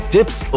Tips